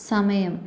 സമയം